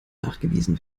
nachgewiesen